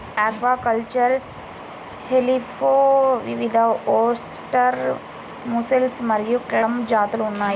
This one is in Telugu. ఆక్వాకల్చర్డ్ షెల్ఫిష్లో వివిధఓస్టెర్, ముస్సెల్ మరియు క్లామ్ జాతులు ఉన్నాయి